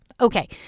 Okay